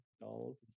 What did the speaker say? dolls